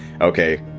okay